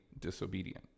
disobedient